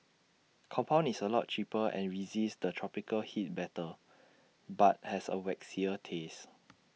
compound is A lot cheaper and resists the tropical heat better but has A waxier taste